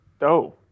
No